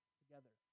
together